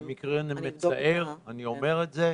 זה מקרה מצער, אני אומר את זה.